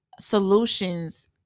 solutions